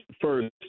first